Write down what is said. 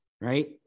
right